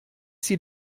sie